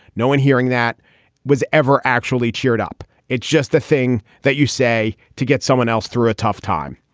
knowing, hearing that was ever actually cheered up. it's just a thing that you say to get someone else through a tough time.